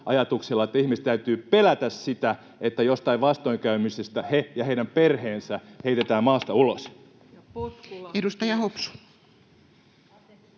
että ihmisten täytyy pelätä sitä, että joistain vastoinkäymisistä he ja heidän perheensä heitetään maasta ulos.